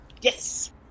Yes